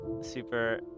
super